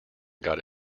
got